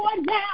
now